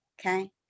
okay